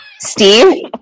Steve